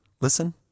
listen